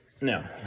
Now